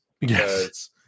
Yes